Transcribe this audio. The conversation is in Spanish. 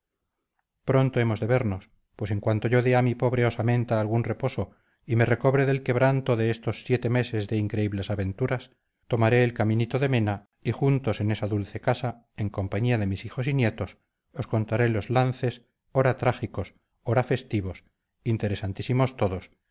pronto hemos de vernos pues en cuanto yo dé a mi pobre osamenta algún reposo y me recobre del quebranto de estos siete meses de increíbles aventuras tomaré el caminito de mena y juntos en esa dulce casa en compañía de mis hijos y nietos os contaré los lances ora trágicos ora festivos interesantísimos todos